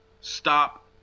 stop